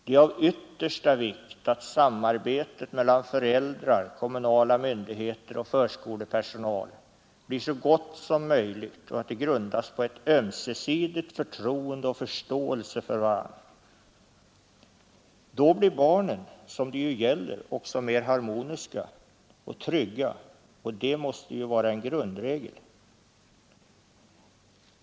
Det är av yttersta vikt att samarbetet mellan föräldrar, kommunala myndigheter och förskolepersonal blir så gott som möjligt och att det grundas på ömsesidigt förtroende och förståelse. Då blir också barnen, som det ju gäller, mer harmoniska och trygga, och det måste ju vara en grundregel.